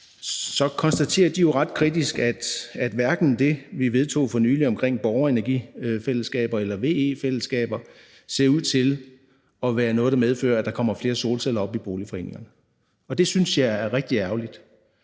konstaterer, at hverken det, vi vedtog for nylig omkring borgerenergifællesskaber, eller VE-fællesskaber ser ud til at være noget, der medfører, at der kommer flere solceller op i boligforeningerne, og det synes jeg er rigtig ærgerligt.